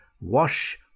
wash